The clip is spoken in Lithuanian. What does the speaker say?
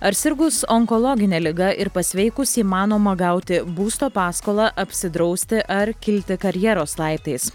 ar sirgus onkologine liga ir pasveikus įmanoma gauti būsto paskolą apsidrausti ar kilti karjeros laiptais